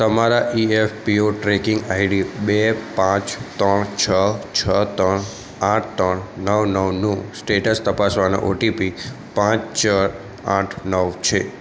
તમારા E F P O tracking I D બે પાંચ ત્રણ છ છ ત્રણ આઠ ત્રણ નવ નવનું સ્ટેટસ તપાસવાનો ઓ ટી પી પાંચ ચાર આઠ નવ છે